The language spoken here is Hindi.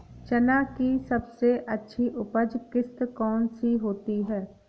चना की सबसे अच्छी उपज किश्त कौन सी होती है?